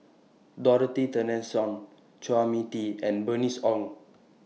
Dorothy Tessensohn Chua Mia Tee and Bernice Ong